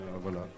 voilà